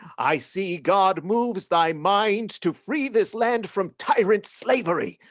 i see god moves thy mind to free this land from tyrant's slavery.